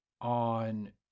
on